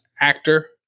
actor